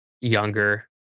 younger